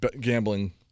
gambling